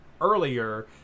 earlier